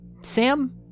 Sam